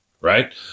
right